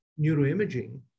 neuroimaging